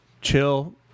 chill